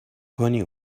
کنی